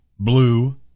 blue